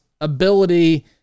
ability